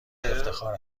افتخار